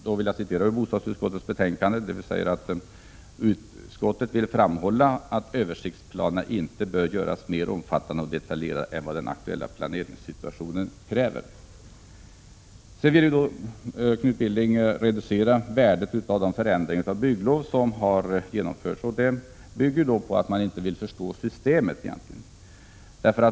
Jag vill därför citera ur bostadsutskottets betänkande: ”Utskottet vill framhålla att översiktsplanerna inte bör göras mer omfattande och detaljerade än vad den aktuella planeringssituationen kräver.” Knut Billing vill reducera värdet av de förändringar av byggnadslovskraven som har genomförts. Moderaterna vill tydligen inte förstå systemet.